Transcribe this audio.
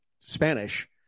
Spanish